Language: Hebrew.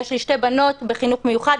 יש לי שתי בנות בחינוך מיוחד,